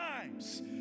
times